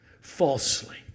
falsely